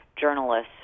journalists